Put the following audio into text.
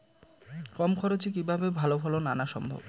কম খরচে কিভাবে ভালো ফলন আনা সম্ভব?